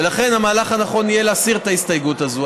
ולכן המהלך הנכון יהיה להסיר את ההסתייגות הזו.